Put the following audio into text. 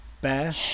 bear